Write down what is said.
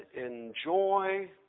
enjoy